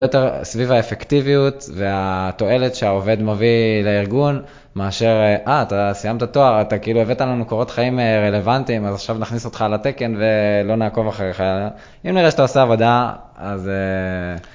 יותר סביב האפקטיביות והתועלת שהעובד מביא לארגון מאשר, אה, אתה סיימת תואר אתה כאילו הבאת לנו קורות חיים רלוונטיים אז עכשיו נכניס אותך על התקן ולא נעקוב אחריך אם נראה שאתה עושה עבודה אז